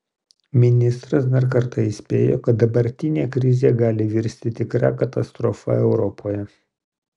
ministras dar kartą įspėjo kad dabartinė krizė gali virsti tikra katastrofa europoje